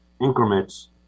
increments